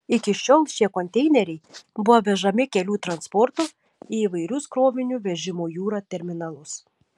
iki šiol šie konteineriai buvo vežami kelių transportu į įvairius krovinių vežimo jūra terminalus